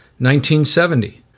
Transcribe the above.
1970